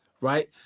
right